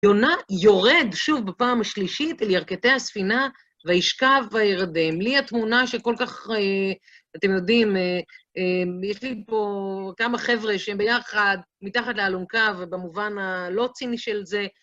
יונה יורד שוב בפעם השלישית אל ירכתי הספינה וישכב וירדם. לי התמונה שכל כך, אתם יודעים, יש לי פה כמה חבר'ה שהם ביחד, מתחת לאלונקה ובמובן הלא ציני של זה.